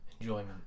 enjoyment